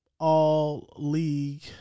all-league